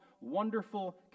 Wonderful